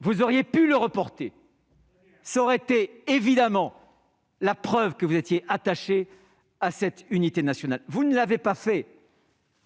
Vous auriez pu le reporter : cela aurait été évidemment la preuve que vous étiez attaché à cette unité nationale. Vous ne l'avez pas fait,